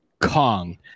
Kong